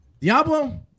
Diablo